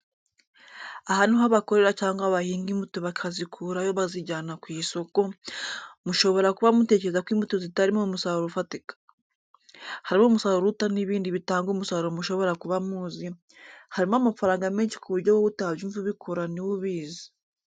Aha ni aho bakorera cyangwa bahinga imbuto bakazikurayo bazijyana ku isoko, mushobora kuba mutekereza ko imbuto zitarimo umusaruro ufatika? Harimo umusaruro uruta n'ibindi bitanga umusaruro mushobora kuba muzi, harimo amafaranga menshi ku buryo wowe utabyumva ubikora ni we ubizi.